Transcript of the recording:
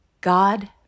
God